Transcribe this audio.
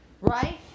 right